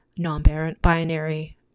non-binary